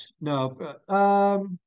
No